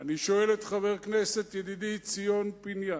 אני שואל את חבר הכנסת ידידי ציון פיניאן: